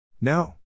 No